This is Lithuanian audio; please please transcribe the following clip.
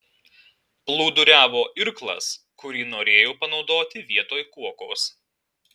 plūduriavo irklas kurį norėjau panaudoti vietoj kuokos